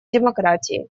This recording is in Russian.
демократии